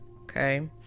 Okay